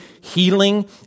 healing